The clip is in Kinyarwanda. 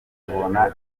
tubona